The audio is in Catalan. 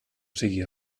sigui